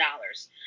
dollars